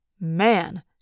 Man